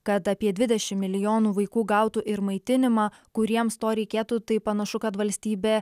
kad apie dvidešim milijonų vaikų gautų ir maitinimą kuriems to reikėtų tai panašu kad valstybė